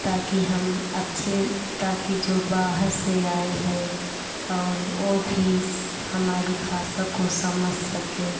ताकी हम अच्छे ताकी जो बाहर से आएं हैं ताकी ओ भी हमारी भाषा को समझ सकें